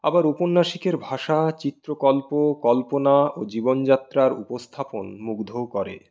আবার উপন্যাসিকের ভাষা চিত্রকল্প কল্পনা ও জীবনযাত্রার উপস্থাপন মুগ্ধও করে